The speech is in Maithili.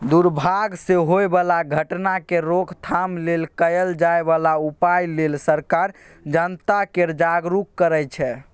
दुर्भाग सँ होए बला घटना केर रोकथाम लेल कएल जाए बला उपाए लेल सरकार जनता केँ जागरुक करै छै